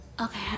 Okay